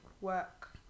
work